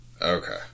Okay